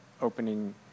opening